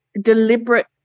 deliberate